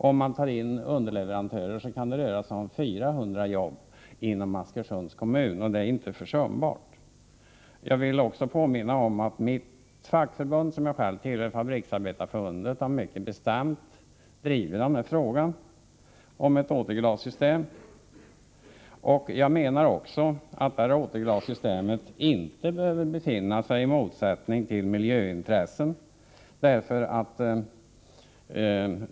Om man räknar in underleverantörer kan det röra sig om 400 jobb inom Askersunds kommun, och det är inte försumbart. Vidare vill jag påminna om att det fackförbund som jag tillhör, Fabriksarbetareförbundet, mycket bestämt har drivit denna fråga om ett återglassystem. Ett återglassystem behöver inte stå i motsats till miljöintressen.